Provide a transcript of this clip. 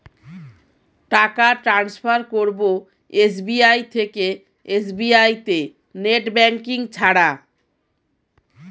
টাকা টান্সফার করব এস.বি.আই থেকে এস.বি.আই তে নেট ব্যাঙ্কিং ছাড়া?